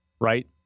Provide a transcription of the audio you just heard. right